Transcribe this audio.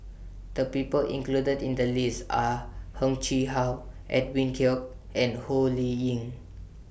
The People included in The list Are Heng Chee How Edwin Koek and Ho Lee Ling